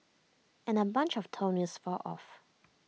and A bunch of toenails fall off